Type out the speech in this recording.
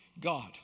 God